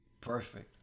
Perfect